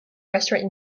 restaurant